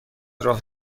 راه